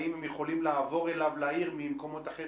אם הם יכולים לעבור אליו לעיר ממקומות אחרים.